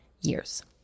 years